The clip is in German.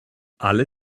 alle